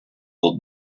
will